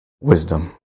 wisdom